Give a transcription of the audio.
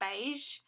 beige